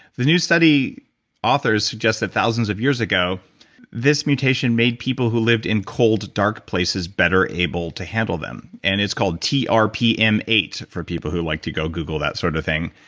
the new study authors suggested thousands of years ago this mutation made people who lived in cold, dark places better able to handle them and it's called t r p m eight for people who like to go google that sort of thing.